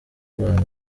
rwanda